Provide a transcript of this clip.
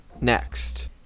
next